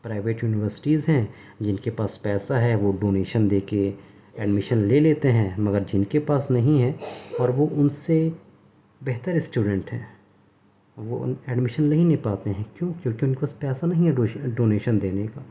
private universities ہیں جن کے پاس پیسہ ہے وہ ڈونیشن دے کے ایڈمیشن لے لیتے ہیں مگر جن کے پاس نہیں ہیں اور وہ ان سے بہتر اسٹوڈینٹ ہیں وہ ان ایڈمیشن نہیں لے پاتے ہیں کیوں کیونکہ ان کے پاس پیسہ نہیں ہے ڈونیشن دینے کا